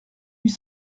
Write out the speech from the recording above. huit